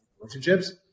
relationships